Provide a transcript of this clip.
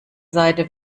seite